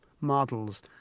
models